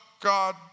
God